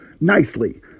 nicely